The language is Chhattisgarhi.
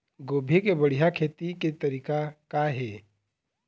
गोभी के बढ़िया खेती के तरीका का हे?